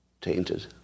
tainted